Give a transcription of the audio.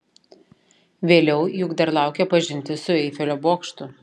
vėliau juk dar laukia pažintis su eifelio bokštu